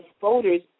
voters